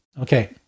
Okay